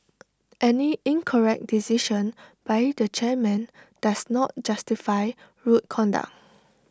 any incorrect decision by the chairman does not justify rude conduct